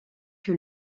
que